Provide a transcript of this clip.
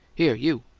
here, you!